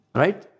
right